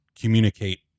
communicate